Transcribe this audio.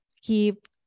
keep